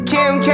Kim